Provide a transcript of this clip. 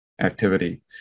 activity